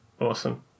Awesome